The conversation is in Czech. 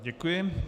Děkuji.